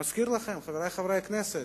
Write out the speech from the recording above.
אני מזכיר לכם, חברי חברי הכנסת,